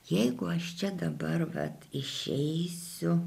jeigu aš čia dabar vat išeisiu